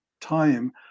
time